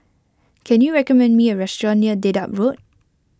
can you recommend me a restaurant near Dedap Road